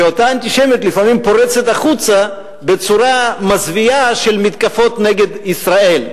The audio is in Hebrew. שאותה אנטישמיות לפעמים פורצת החוצה בצורה מזוויעה של מתקפות נגד ישראל.